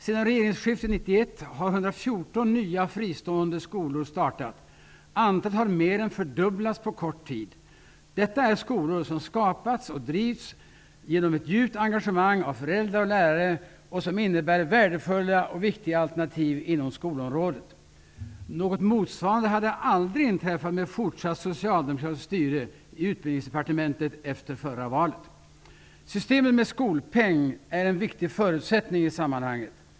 Sedan regeringsskifet 1991 har 114 nya fristående skolor startat. Antalet har mer än fördubblats på kort tid. Detta är skolor som har skapats och drivs genom ett djupt engagemang av föräldrar och lärare och som innebär värdefulla och viktiga alternativ inom skolområdet. Något motsvarande hade aldrig inträffat med fortsatt socialdemokratiskt styre i Systemet med skolpeng är en viktig förutsättning i sammanhanget.